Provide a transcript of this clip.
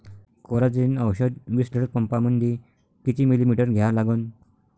Coragen औषध विस लिटर पंपामंदी किती मिलीमिटर घ्या लागन?